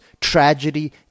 tragedy